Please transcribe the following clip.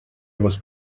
was